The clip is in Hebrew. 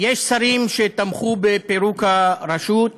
יש שרים שתמכו בפירוק הרשות,